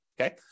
okay